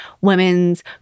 women's